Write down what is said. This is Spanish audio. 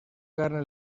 carne